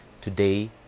today